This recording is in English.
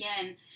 again